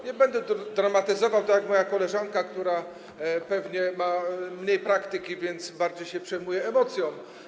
Nie będę dramatyzował tak jak moja koleżanka, która pewnie ma mniej praktyki, więc bardziej się przejmuje emocją.